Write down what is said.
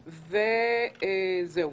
זהו.